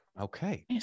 Okay